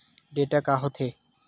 Data का होथे?